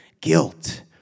Guilt